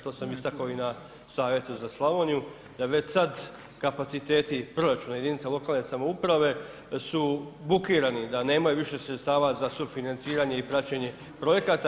To sam istako i na savjetu za Slavoniju da bi već sad kapaciteti proračuna jedinica lokalne samouprave su bukirani da nemaju više sredstava za sufinanciranje i praćenje projekata.